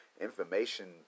information